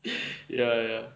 ya